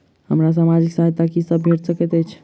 हमरा सामाजिक सहायता की सब भेट सकैत अछि?